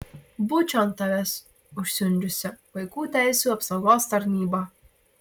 būčiau ant tavęs užsiundžiusi vaikų teisių apsaugos tarnybą